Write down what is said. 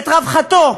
את רווחתו,